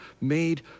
made